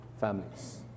families